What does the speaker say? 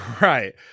right